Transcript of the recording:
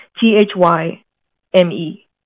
T-H-Y-M-E